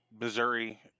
Missouri